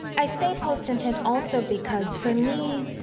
i say post-intent, also, because for me,